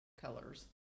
colors